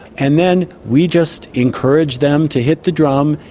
and then we just encourage them to hit the drum,